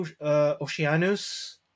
Oceanus